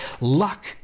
Luck